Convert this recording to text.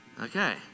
Okay